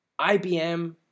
IBM